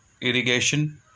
irrigation